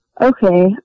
okay